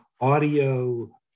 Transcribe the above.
audio